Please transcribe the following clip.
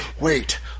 wait